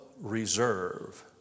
Reserve